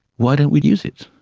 why don't we use it?